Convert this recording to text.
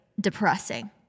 depressing